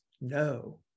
No